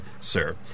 sir